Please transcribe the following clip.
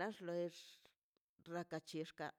dika raka tob clad to cam neo bi